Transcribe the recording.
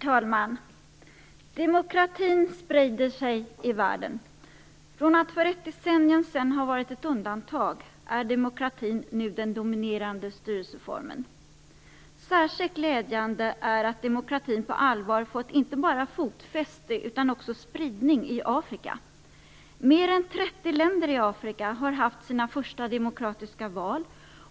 Herr talman! Demokratin sprider sig i världen. Från att för ett decennium sedan ha varit undantag är demokratin nu den dominerande styrelseformen. Särskilt glädjande är att demokratin på allvar fått inte bara fotfäste utan också spridning i Afrika. Mer än 30 länder i Afrika har haft sina första demokratiska val,